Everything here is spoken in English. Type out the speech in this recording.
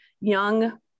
young